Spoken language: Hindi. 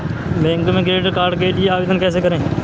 बैंक में क्रेडिट कार्ड के लिए आवेदन कैसे करें?